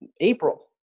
April